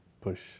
push